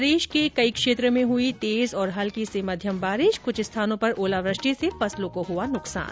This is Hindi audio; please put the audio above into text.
राज्य के कई क्षेत्रों में हुई तेज और हल्की से मध्यम बारिश कुछ स्थानों पर ओलावृष्टि से फसलों को हुआ नुकसान